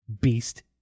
beast